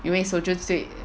因为 soju 最